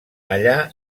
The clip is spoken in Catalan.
allà